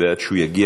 ועד שהוא יגיע,